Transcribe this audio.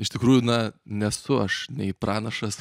iš tikrųjų na nesu aš nei pranašas